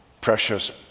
precious